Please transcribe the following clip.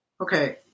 Okay